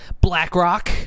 blackrock